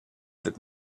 that